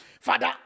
Father